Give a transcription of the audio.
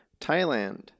thailand